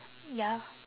ya